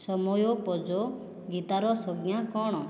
ସମୟପୋଯୋଗ ଗୀତାର ସଂଜ୍ଞା କ'ଣ